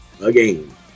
again